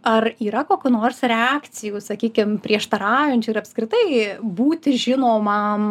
ar yra kokių nors reakcijų sakykim prieštaraujančių ir apskritai būti žinomam